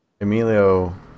Emilio